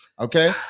Okay